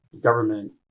government